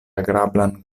agrablan